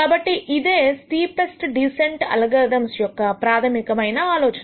కాబట్టి ఇదే steepest descent algorithms యొక్క ప్రాథమికమైన ఆలోచన